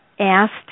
asked